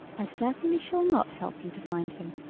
i certainly shall not help you to find him,